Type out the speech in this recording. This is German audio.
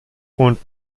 und